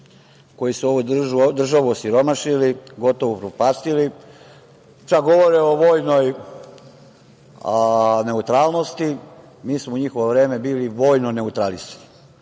koji su ovu državu osiromašili, gotovo upropastili čak govore o vojnoj neutralnosti. Mi smo u njihovi vreme bili vojni neutralisti. Dakle,